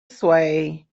sway